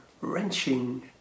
wrenching